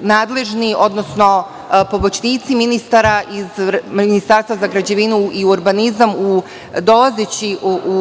nadležni, odnosno pomoćnici ministra iz Ministarstva za građevinu i urbanizam, dolazeći